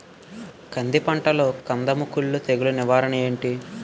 కంది పంటలో కందము కుల్లు తెగులు నివారణ ఏంటి?